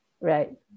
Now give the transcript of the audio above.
Right